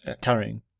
carrying